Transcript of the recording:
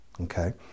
okay